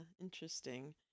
interesting